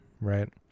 right